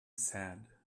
sad